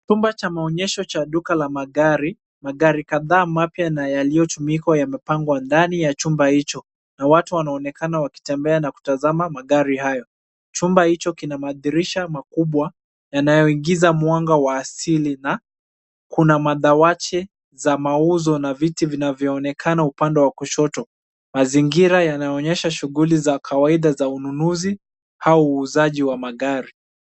Chumba cha maonyesho cha duka la magari. Magari kadhaa mapya na yaliyotumika yamepangwa ndani ya chumba hicho na watu wanaonekana wakitembea na kutazama magari hayo. Chumba hicho kina madirisha makubwa yanayoingiza mwanga wa asili na kuna madawati za mauzo na viti vinavyoonekana upande wa kushoto. Mazingira yanaonyesha shughuli za kawaida za ununuzi au uuzaji wa magari.